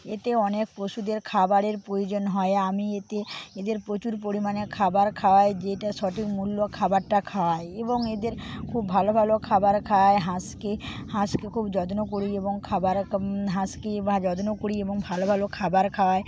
এতে অনেক পশুদের খাবারের প্রয়োজন হয় আমি এতে এদের প্রচুর পরিমাণে খাবার খাওয়াই যেটা সঠিক মূল্য খাবারটা খাওয়াই এবং এদের খুব ভালো ভালো খাবার খাওয়াই হাঁসকে হাঁসকে খুব যত্ন করি এবং খাবার হাঁসকে যত্ন করি এবং ভালো ভালো খাবার খাওয়াই